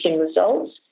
results